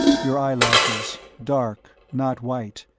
your eyelashes dark, not white.